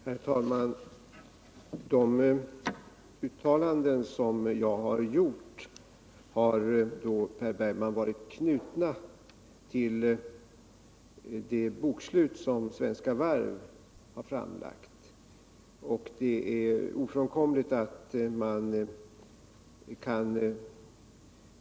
Herr talman! De uttalanden jag gjort, herr Bergman, har varit knutna till det bokslut som Svenska Varv har framlagt.